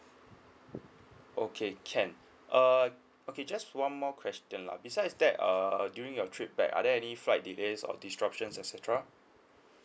okay can err okay just one more question lah besides that err during your trip back are there any flight delays or disruptions et cetera